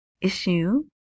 issue